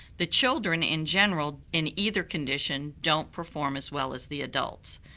the children in general in either condition don't perform as well as the adults.